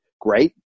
great